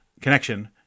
connection